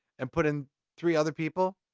and put in three other people,